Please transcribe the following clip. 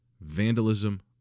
vandalism